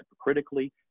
critically